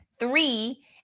Three